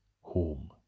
home